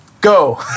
go